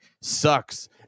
sucks